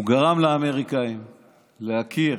הוא גרם לאמריקאים להכיר